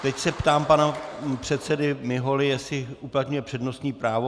Teď se ptám pana předsedy Miholy, jestli uplatňuje přednostní právo.